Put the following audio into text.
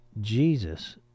Jesus